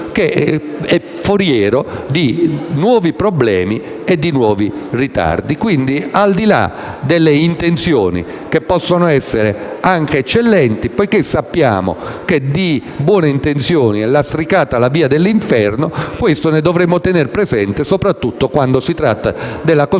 foriero di nuovi problemi e ritardi. Al di là delle intenzioni, che possono essere anche eccellenti, poiché sappiamo che di buone intenzioni è lastricata la via dell'inferno dovremmo tener presente tutto ciò, soprattutto quando si tratta della Costituzione